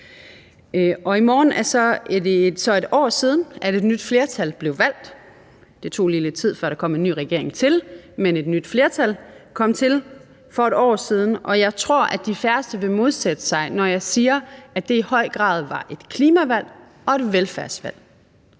I morgen er det så 1 år siden, at et nyt flertal blev valgt. Det tog lige lidt tid, før der kom en ny regering til, men et nyt flertal kom til for 1 år siden, og jeg tror, de færreste vil modsætte sig det, når jeg siger, at det i høj grad var et klimavalg og et velfærdsvalg.